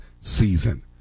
season